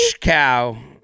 cow